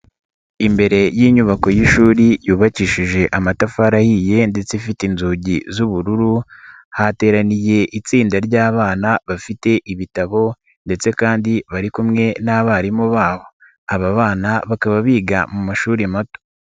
Imbere y'inyubako y'ishuri yubakishije amatafari ahiye ndetse ifite inzugi z'ubururu, hateraniye itsinda ry'abana bafite ibitabo ndetse kandi bari kumwe n'abarimu babo, aba bana bakaba biga mu mashuri mato.